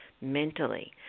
mentally